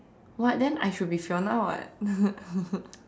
what then I should be Fiona [what]